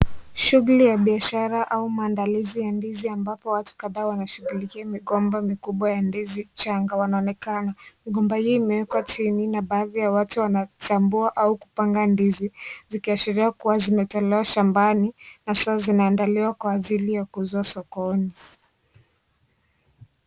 shughuli ya biashara au maandalizi ya ndizi ambapo watu kadhaa wanashughulikia migomba mikubwa ya ndizi changa wanaonekana. Migomba hio imewekwa chini na baadhi ya watu wanachambua au kupanga ndizi zikiashiria kuwa zimetolewa shambani na sasa zinaandaliwa kwa ajili ya kuuzwa sokoni.